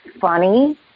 funny